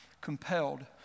Compelled